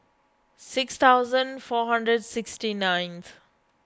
six thousand four hundred sixty ninth